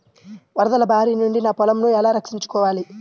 వరదల భారి నుండి నా పొలంను ఎలా రక్షించుకోవాలి?